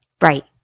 Right